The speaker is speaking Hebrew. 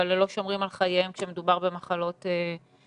אבל לא שומרים על חייהם כשמדובר במחלות אחרות.